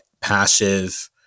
passive